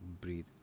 breathe